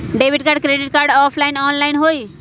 Debit card credit card offline online होई?